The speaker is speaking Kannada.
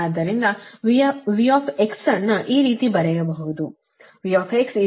ಆದ್ದರಿಂದ V ಅನ್ನು ಈ ರೀತಿ ಬರೆಯಬಹುದು